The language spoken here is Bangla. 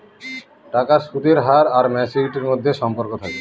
টাকার সুদের হার আর ম্যাচুরিটির মধ্যে সম্পর্ক থাকে